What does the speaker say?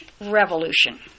Revolution